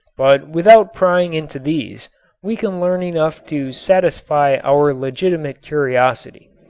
but without prying into these we can learn enough to satisfy our legitimate curiosity.